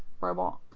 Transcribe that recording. robot